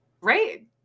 right